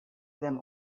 them